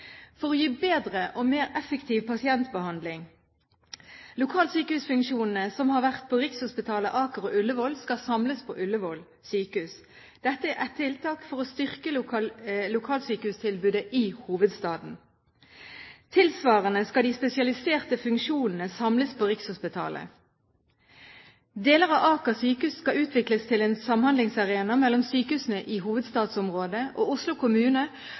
for å gi bedre og mer effektiv pasientbehandling. Lokalsykehusfunksjonene som har vært på Rikshospitalet, Aker og Ullevål, skal samles på Ullevål sykehus. Dette er et tiltak for å styrke lokalsykehustilbudet i hovedstaden. Tilsvarende skal de spesialiserte funksjonene samles på Rikshospitalet. Deler av Aker sykehus skal utvikles til en samhandlingsarena mellom sykehusene i hovedstadsområdet og Oslo kommune,